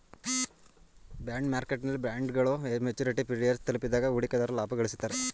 bond ಮಾರ್ಕೆಟ್ನಲ್ಲಿ ಬಾಂಡ್ಗಳು maturity period ತಲುಪಿದಾಗ ಹೂಡಿಕೆದಾರರು ಲಾಭ ಗಳಿಸುತ್ತಾರೆ